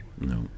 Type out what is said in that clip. No